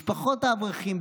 משפחות האברכים,